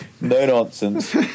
no-nonsense